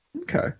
Okay